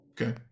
Okay